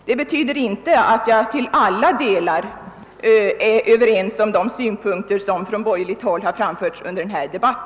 Detta betyder emellertid inte att jag till alla delar instämmer i de synpunkter som från borgerligt håll har framförts under denna debatt.